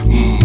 Mmm